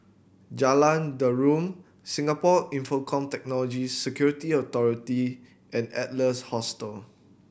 Jalan Derum Singapore Infocomm Technology Security Authority and Adler's Hostel